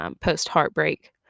post-heartbreak